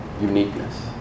uniqueness